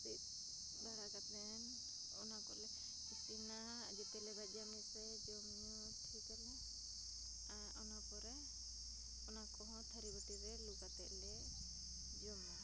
ᱨᱤᱫ ᱵᱟᱲᱟ ᱠᱟᱛᱮ ᱚᱱᱟ ᱠᱚᱞᱮ ᱤᱥᱤᱱᱟ ᱡᱮᱛᱮᱞᱮ ᱵᱷᱟᱡᱟ ᱢᱮᱥᱟᱭᱟ ᱡᱚᱢ ᱴᱷᱤᱠ ᱟᱞᱮ ᱟᱨ ᱚᱱᱟ ᱯᱚᱨᱮ ᱚᱱᱟᱠᱚ ᱛᱷᱟᱹᱨᱤ ᱵᱟᱹᱴᱤ ᱨᱮ ᱞᱩ ᱠᱟᱛᱮᱞᱮ ᱡᱚᱢᱟ